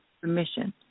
permission